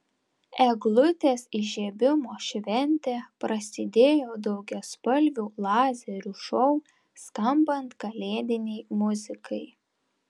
eglutės įžiebimo šventė prasidėjo daugiaspalvių lazerių šou skambant kalėdinei muzikai